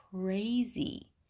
crazy